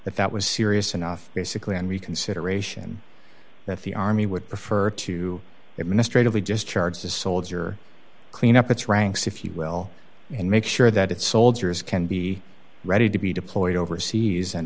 that that was serious enough basically and reconsideration that the army would prefer to administrative leave just charge the soldier clean up its ranks if you will and make sure that soldiers can be ready to be deployed overseas and